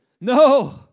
No